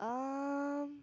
um